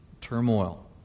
turmoil